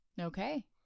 Okay